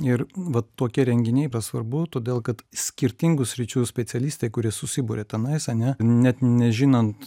ir vat tokie renginiai yra svarbu todėl kad skirtingų sričių specialistai kurie susiburia tenais a ne net nežinant